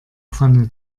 pfanne